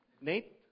Nate